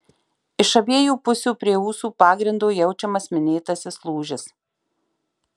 iš abiejų pusių prie ūsų pagrindo jaučiamas minėtasis lūžis